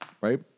right